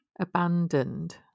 abandoned